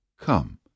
Come